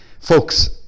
Folks